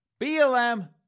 BLM